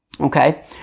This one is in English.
Okay